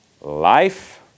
life